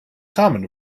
common